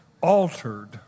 altered